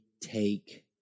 take